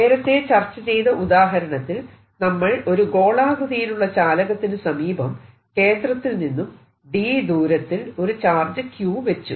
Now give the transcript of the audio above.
നേരത്തെ ചർച്ച ചെയ്ത ഉദാഹരണത്തിൽ നമ്മൾ ഒരു ഗോളാകൃതിയിലുള്ള ചാലകത്തിനു സമീപം കേന്ദ്രത്തിൽ നിന്നും d ദൂരത്തിൽ ഒരു ചാർജ് Q വെച്ചു